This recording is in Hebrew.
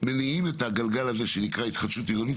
מניעים את הגלגל הזה שנקרא התחדשות עירונית,